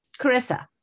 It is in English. Carissa